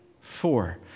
four